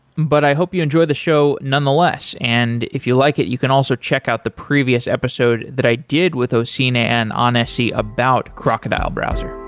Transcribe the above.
but i hope you enjoy the show nonetheless. and if you like it, you can also check out the previous episode that i did with osine and anesi about crocodile browser